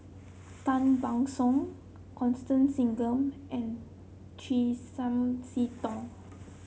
Tan Ban Soon Constance Singam and Chiam See Tong